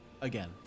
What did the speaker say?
Again